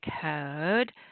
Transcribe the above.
code